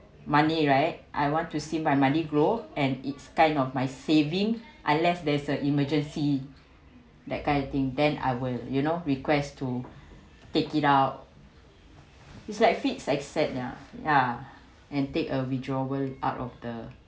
money right I want to see my money grow and it's kind of my saving I left there is a emergency that kind of thing then I will you know requests to take it out it's like fixed asset ya and take a withdrawal out of the